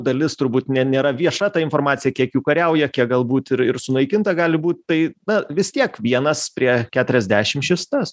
dalis turbūt nė nėra vieša ta informacija kiek jų kariauja kiek galbūt ir ir sunaikinta gali būt tai na vis tiek vienas prie keturiasdešimt šis tas